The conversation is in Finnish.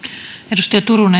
arvoisa